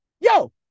Yo